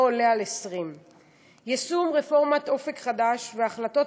עולה על 20. יישום רפורמת "אופק חדש" והחלטות